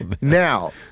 Now